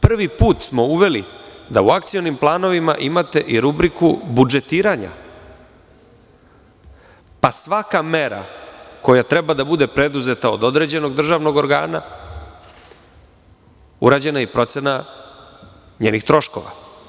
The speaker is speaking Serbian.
Prvi put smo uveli da u akcionim planovima imate i rubriku budžetiranja, pa svaka mera koja treba da bude preduzeta od određenog državnog organa, urađena je i procena njenih troškova.